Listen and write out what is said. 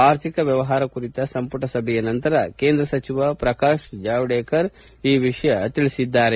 ಆರ್ಥಿಕ ವ್ಯವಹಾರ ಕುರಿತ ಸಂಪುಟ ಸಭೆಯ ನಂತರ ಕೇಂದ ಸಚಿವ ಪ್ರಕಾಶ್ ಜಾವಡೇಕರ್ ಈ ವಿಷಯವನ್ನು ತಿಳಿಸಿದರು